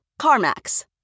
CarMax